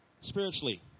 spiritually